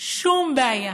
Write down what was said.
שום בעיה.